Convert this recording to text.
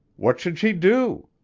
what should she do?